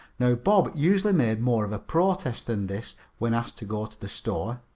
now bob usually made more of a protest than this when asked to go to the store,